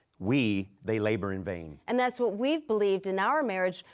we, they labor in vain. and that's what we've believed in our marriage,